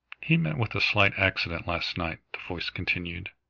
he met with a slight accident last night, the voice continued,